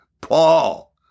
Paul